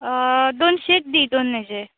दोनशेच दी दोन हेजे